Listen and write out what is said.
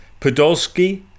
Podolski